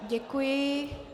Děkuji.